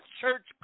church